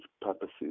purposes